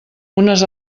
unes